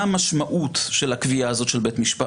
מה המשמעות של הקביעה הזאת של בית המשפט?